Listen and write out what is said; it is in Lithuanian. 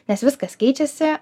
nes viskas keičiasi